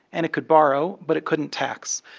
and it could borrow, but it couldn't tax.